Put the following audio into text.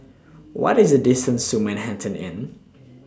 What IS The distance to Manhattan Inn